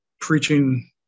preaching